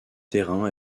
terrains